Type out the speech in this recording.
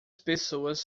pessoas